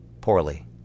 poorly